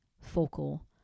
focal